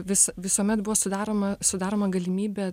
vis visuomet buvo sudaroma sudaroma galimybė